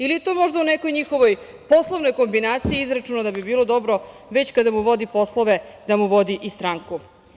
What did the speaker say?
Ili je to možda u nekoj njihovoj poslovnoj kombinaciji izračunao da bi bilo dobro već kada mu vodi poslove, da mu vodi i stranku.